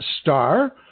star